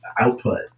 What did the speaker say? output